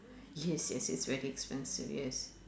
yes yes yes very expensive yes